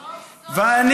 סוף-סוף, הגיע הזמן.